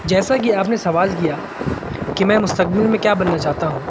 جیسا کہ آپ نے سوال کیا کہ میں مستقبل میں کیا بننا چاہتا ہوں